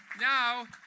Now